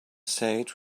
said